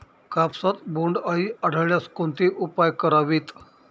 कापसात बोंडअळी आढळल्यास कोणते उपाय करावेत?